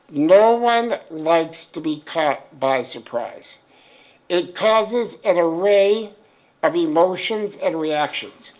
no one likes to be caught by surprise it causes an array of emotions and reactions.